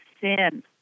sin